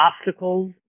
obstacles